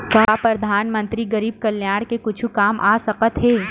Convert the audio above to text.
का परधानमंतरी गरीब कल्याण के कुछु काम आ सकत हे